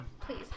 Please